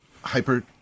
hyper